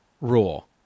rule